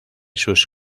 sus